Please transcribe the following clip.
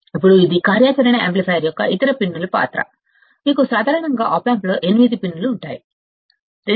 ఇప్పుడు ఇది operational amplifier యొక్క ఇతర పిన్ల యొక్క పాత్ర మీకు సాధారణంగా ఆప్ ఆంప్లో 8 పిన్లు ఉన్నాయని తెలుసు